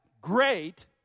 great